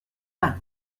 pas